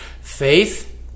faith